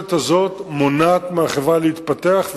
והמשקולת הזאת מונעת מהחברה להתפתח,